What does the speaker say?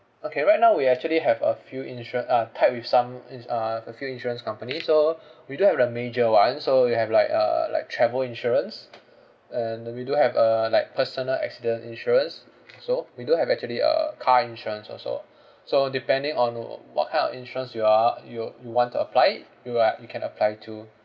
okay right now we actually have a few insura~ uh tied with some ins~ uh with a few insurance companies so we do have the major ones so we have like uh like travel insurance and we do have uh like personal accident insurance also we do have actually uh car insurance also so depending on uh what kind of insurance you are you you want to apply you are you can apply too